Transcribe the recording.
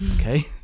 Okay